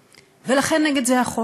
ולכן נגד זה החוק.